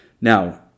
Now